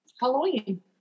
Halloween